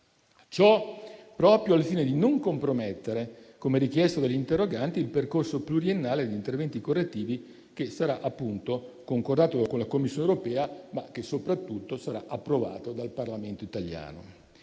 Ciò proprio al fine di non compromettere, come richiesto dagli interroganti, il percorso pluriennale di interventi correttivi, che sarà appunto concordato con la Commissione europea, ma che soprattutto sarà approvato dal Parlamento italiano.